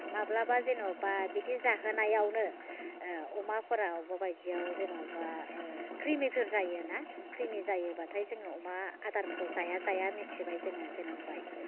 माब्लाबा जेनेबा बिदि जाहोनायावनो अमाफोरा बबेबा बायदियाव जेनेबा खृमिफोर जायो ना खृिमि जायोबाथाय जोङो अमा आदारखौ जाया जाया मिथिबाय जोङो जे नुबाय